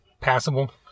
passable